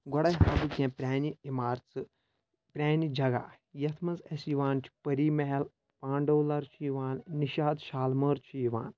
گۄڈے ہاوٕ بہٕ کینٛہہ پرانہِ عمارژٕ پرانہِ جگہ یَتھ منٛز اَسہِ یِوان چھِ پٔری محل پانڈولَر چھُ یِوان نشاد شالمٲر چھُ یِوان